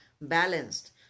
balanced